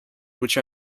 which